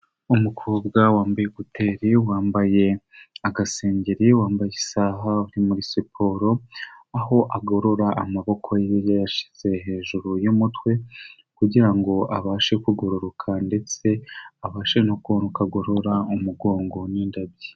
Umukobwa wa ekuteri, wambaye agasengeri, wambaye isaha, uri muri siporo, aho agorora amaboko ye yayashyize hejuru y'umutwe kugira ngo abashe kugororoka ndetse abashe no kubona uko agorora umugongo n'inda bye.